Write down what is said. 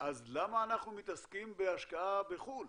אז למה אנחנו מתעסקים בהשקעה בחו"ל?